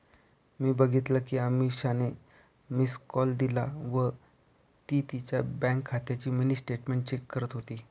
मी बघितल कि अमीषाने मिस्ड कॉल दिला व ती तिच्या बँक खात्याची मिनी स्टेटमेंट चेक करत होती